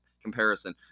Comparison